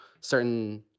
certain